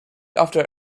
after